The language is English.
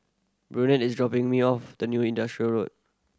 Burnett is dropping me off the New Industrial Road